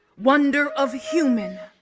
wonder of human,